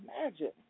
imagine